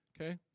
okay